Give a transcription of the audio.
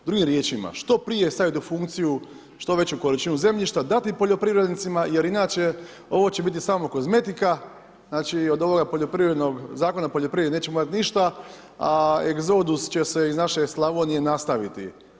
Drugim riječima, što prije staviti u funkciju, što veću količinu zemljišta, dati poljoprivrednicima jer inače ovo će biti samo kozmetika, od ovoga poljoprivrednog Zakona o poljoprivredi nećemo imati ništa, a egzodus, će se iz naše Slavonije nastaviti.